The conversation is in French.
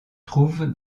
trouve